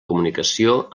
comunicació